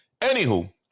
Anywho